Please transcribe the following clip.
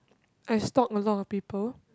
I stalk a lot of people